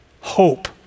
hope